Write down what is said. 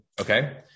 Okay